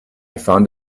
found